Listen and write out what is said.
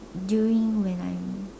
during when I'm